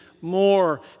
more